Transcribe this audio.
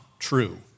True